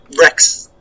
Rex